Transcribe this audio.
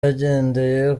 yagendeye